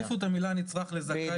החליפו את המילה "נצרך" ב"זכאי".